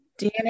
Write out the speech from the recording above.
DNA